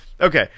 Okay